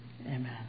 Amen